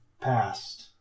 past